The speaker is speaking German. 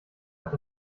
hat